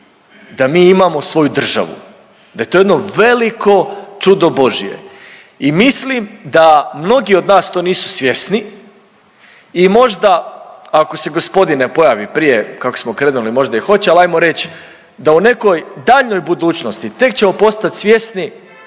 da mi imamo svoju državu, da je to jedno veliko čudo božje. I mislim da mnogi od nas nisu svjesni i možda ako se gospodin ne pojavi prije kako smo krenuli možda i hoće, ali hajmo reći da u nekoj daljnjoj budućnosti tek ćemo postati svjesni